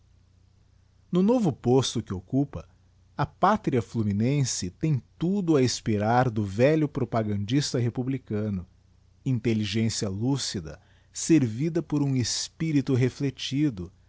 no novo posto que occupa a pátria fluminense tem tudo a esperar do velho propagandista republicano intelligencia lúcida servida por um espirito reflectido